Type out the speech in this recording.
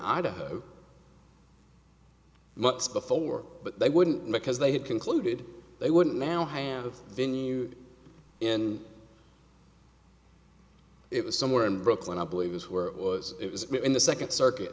idaho months before but they wouldn't because they had concluded they wouldn't now have been you and it was somewhere in brooklyn i believe is where it was it was in the second circuit